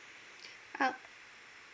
ah